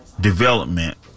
development